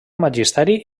magisteri